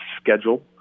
schedule